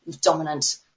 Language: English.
dominant